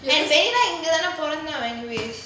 and இங்க தானே பொறந்தேன்:inga thane poranthaen anyways